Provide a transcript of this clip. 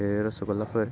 ए रस'गलाफोर